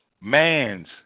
man's